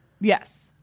yes